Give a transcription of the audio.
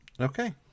Okay